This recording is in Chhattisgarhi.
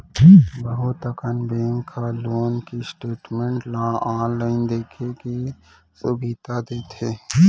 बहुत अकन बेंक ह लोन के स्टेटमेंट ल आनलाइन देखे के सुभीता देथे